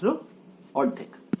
ছাত্র ½